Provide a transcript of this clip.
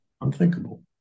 unthinkable